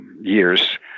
years